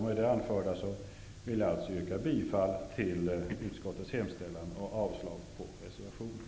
Med det anförda vill jag yrka bifall till utskottets hemställan och avslag på reservationerna.